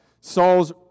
Saul's